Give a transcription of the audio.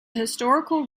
historical